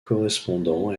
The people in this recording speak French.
correspondant